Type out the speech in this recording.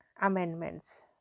amendments